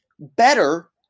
better